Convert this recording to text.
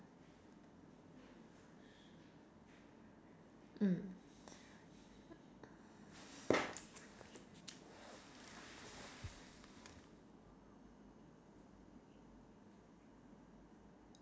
mm